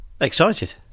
Excited